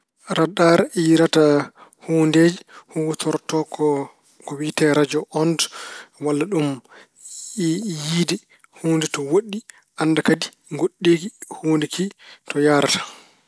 Radaar yiyarata huundeeji, huutorto ko wiyetee rajo ond walla ɗum yiyde huunde to woɗɗi, annda kadi ngoɗɗeeki huunde ki to yahrata.